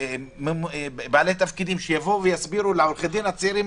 גם בעלי תפקידים שיבואו ויסבירו לעורכי הדין הצעירים